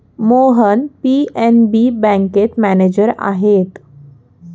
Mohan PNB बँकेत manager आहेत